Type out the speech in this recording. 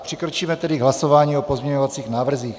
Přikročíme tedy k hlasování o pozměňovacích návrzích.